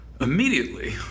Immediately